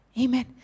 Amen